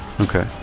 Okay